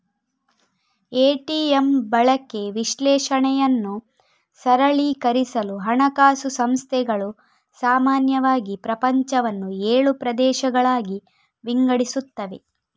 ATM ಬಳಕೆ ವಿಶ್ಲೇಷಣೆಯನ್ನು ಸರಳೀಕರಿಸಲು ಹಣಕಾಸು ಸಂಸ್ಥೆಗಳು ಸಾಮಾನ್ಯವಾಗಿ ಪ್ರಪಂಚವನ್ನು ಏಳು ಪ್ರದೇಶಗಳಾಗಿ ವಿಂಗಡಿಸುತ್ತವೆ